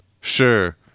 sure